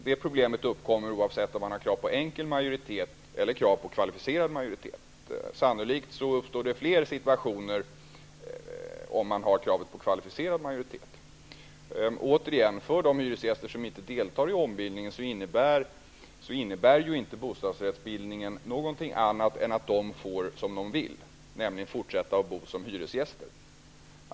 Det problemet uppkommer oavsett om man har krav på enkel majoritet eller krav på kvalificerad majoritet. Sannolikt uppstår det fler sådana situationer om man har krav på kvalificerad majoritet. jag upprepar det -- innebär inte bostadsrättsbildningen någonting annat än att de får som de vill, nämligen fortsätta att bo som hyresgäster.